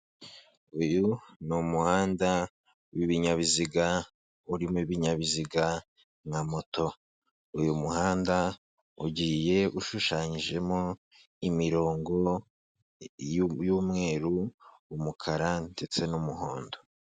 Uyu ni umuhanda w'ibinyabiziga urimo ibinyabiziga nka moto, uyu muhanda ugiye ushushanyijemo imirongo y'umweru, umukara ndetse n'umuhondo.